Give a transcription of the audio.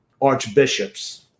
Archbishops